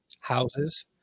houses